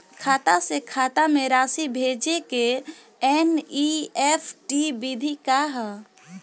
खाता से खाता में राशि भेजे के एन.ई.एफ.टी विधि का ह?